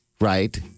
right